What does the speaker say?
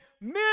men